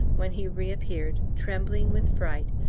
when he reappeared, trembling with fright,